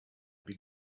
big